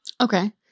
Okay